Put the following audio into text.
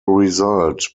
result